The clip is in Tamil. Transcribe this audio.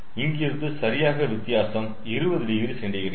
இங்கிருந்து சரியாக வித்தியாசம் 20oC